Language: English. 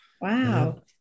Wow